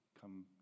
come